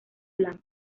blanca